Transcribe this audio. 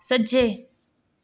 सज्जै